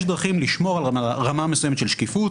יש דרכים לשמור על רמה מסוימת של שקיפות